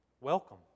Welcome